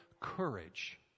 courage